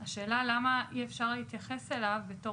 השאלה למה אי אפשר להתייחס אליו בתור